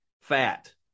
fat